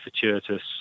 fortuitous